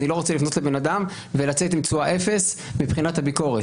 אני לא רוצה לפנות לאדם ולצאת עם תשואה אפס מבחינת הביקורת.